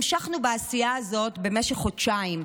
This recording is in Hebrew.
המשכנו בעשייה הזאת במשך חודשיים,